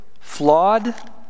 flawed